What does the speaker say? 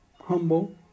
humble